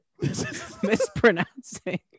Mispronouncing